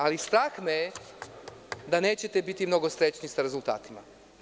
Ali, strah me je da nećete biti mnogo srećni sa rezultatima.